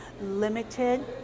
limited